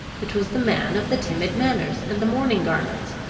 it was the man of the timid manners and the mourning garments,